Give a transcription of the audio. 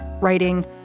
writing